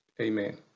Amen